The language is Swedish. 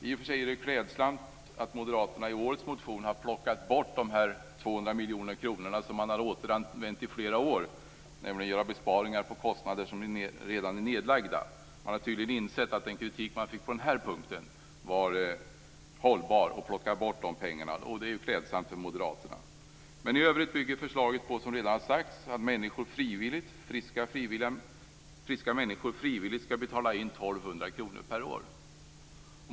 I och för sig är det klädsamt att Moderaterna i årets motion har plockat bort de 200 miljoner kronor som man har återanvänt i flera år, nämligen besparingar på kostnader som redan är nedlagda. Man har tydligen insett att den kritik man fick på den punkten var hållbar och plockar bort de pengarna. Det är klädsamt för Moderaterna. I övrigt bygger förslaget, som redan sagts, på att friska människor frivilligt skall betala in 1 200 kr per år.